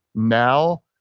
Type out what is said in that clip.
now,